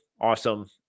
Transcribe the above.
awesome